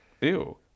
Ew